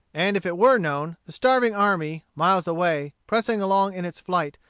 and if it were known, the starving army, miles away, pressing along in its flight,